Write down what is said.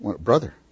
brother